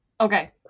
okay